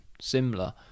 similar